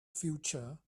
future